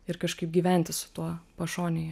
ir kažkaip gyventi su tuo pašonėje